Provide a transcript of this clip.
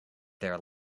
there